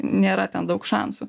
nėra ten daug šansų